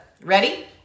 ready